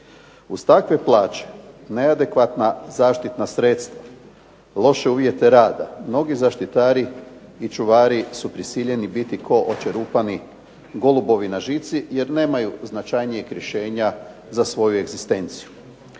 Uz takve plaće neadekvatna zaštitna sredstva, loše uvjete rada mnogi zaštitari i čuvari su prisiljeni biti kao očerupani golubovi na žici jer nemaju značajnijeg rješenja za svoju egzistenciju.